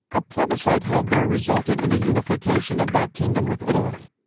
a plebiscite held there resulted in a unification of that kingdom with italy.